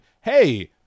hey